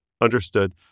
understood